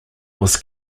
was